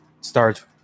start